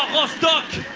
rostock!